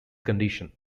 condition